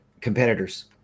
competitors